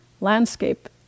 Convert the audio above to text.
landscape